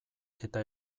eta